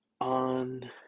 on